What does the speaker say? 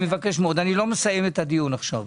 לא מסיים את הדיון עשכיו.